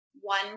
one